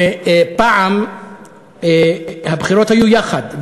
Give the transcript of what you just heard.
שפעם הבחירות היו יחד,